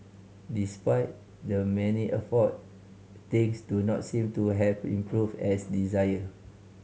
despite the many effort things do not seem to have improved as desired